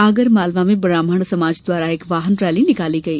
आगर मालवा में ब्राम्हण समाज द्वारा एक वाहन रैली निकाली गई